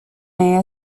may